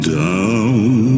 down